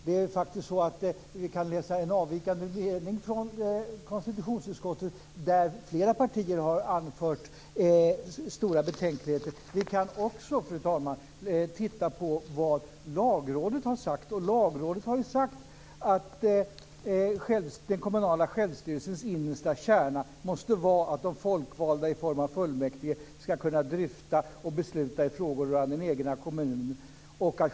Vi kan faktiskt läsa en avvikande mening från konstitutionsutskottet, där flera partier har anfört stora betänkligheter. Vi kan också, fru talman, titta på vad Lagrådet har sagt. Lagrådet har ju sagt att den kommunala självstyrelsens innersta kärna måste vara att de folkvalda i form av fullmäktige ska kunna dryfta och besluta i frågor rörande den egna kommunen.